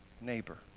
neighbor